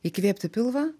įkvėpti pilvą